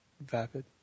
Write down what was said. Vapid